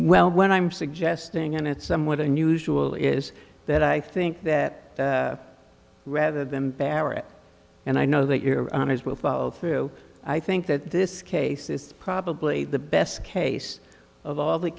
well when i'm suggesting and it's somewhat unusual is that i think that rather than barrett and i know that your honors will follow through i think that this case is probably the best case of all the